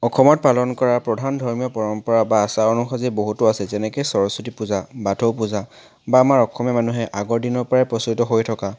অসমত পালন কৰা প্ৰধান ধৰ্মীয় পৰম্পৰা বা আচাৰ অনুভূতি বহুতো আছে যেনেকৈ সৰস্বতী পূজা বাথৌ পূজা বা আমাৰ অসমীয়া মানুহে আগৰ দিনৰ পৰাই প্ৰচলিত হৈ থকা